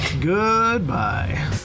Goodbye